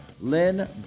Lynn